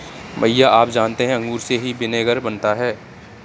भैया आप जानते हैं अंगूर से ही विनेगर बनता है